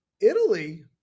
Italy